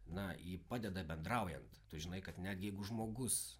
na ji padeda bendraujant tu žinai kad netgi jeigu žmogus